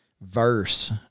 verse